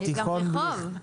תודה.